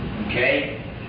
okay